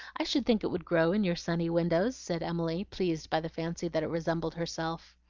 i should think it would grow in your sunny windows, said emily, pleased by the fancy that it resembled herself.